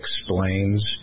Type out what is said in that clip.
explains